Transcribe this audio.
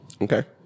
Okay